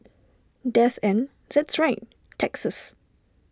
death and that's right taxes